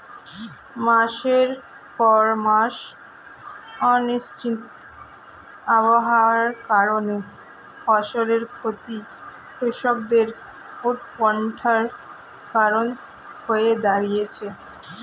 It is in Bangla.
মাসের পর মাস অনিশ্চিত আবহাওয়ার কারণে ফসলের ক্ষতি কৃষকদের উৎকন্ঠার কারণ হয়ে দাঁড়িয়েছে